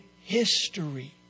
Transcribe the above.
history